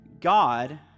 God